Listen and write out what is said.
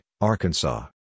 Arkansas